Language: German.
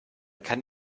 kann